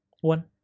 One